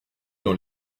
dans